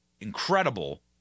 incredible